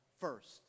first